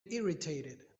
irritated